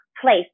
place